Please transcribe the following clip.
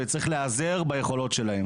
וצריך להיעזר ביכולות שלהם.